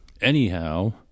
Anyhow